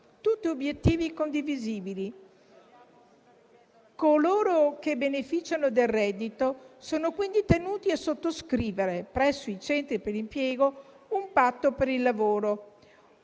Tutti obiettivi condivisibili. Coloro che beneficiano del reddito sono quindi tenuti a sottoscrivere presso i centri per l'impiego un patto per il lavoro